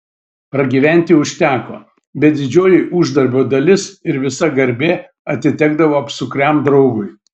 pragyventi užteko bet didžioji uždarbio dalis ir visa garbė atitekdavo apsukriam draugui